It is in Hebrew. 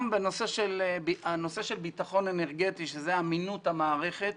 הנושא של ביטחון אנרגטי, שזאת אמינות המערכת,